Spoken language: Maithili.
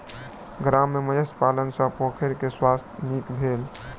गाम में मत्स्य पालन सॅ पोखैर के स्वास्थ्य नीक भेल